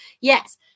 Yes